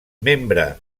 membre